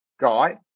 guy